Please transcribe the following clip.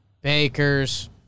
Bakers